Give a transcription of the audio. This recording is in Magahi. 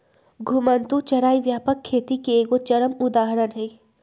घुमंतू चराई व्यापक खेती के एगो चरम उदाहरण हइ